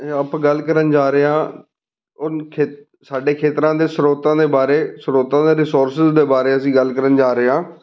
ਆਪਾਂ ਗੱਲ ਕਰਨ ਜਾ ਰਹੇ ਹਾਂ ਉਨ ਖੇ ਸਾਡੇ ਖੇਤਰਾਂ ਦੇ ਸਰੋਤਾਂ ਦੇ ਬਾਰੇ ਸਰੋਤਾਂ ਦੇ ਰਿਸੋਰਸ ਦੇ ਬਾਰੇ ਅਸੀਂ ਗੱਲ ਕਰਨ ਜਾ ਰਹੇ ਹਾਂ